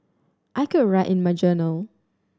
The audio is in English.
I could write in my journal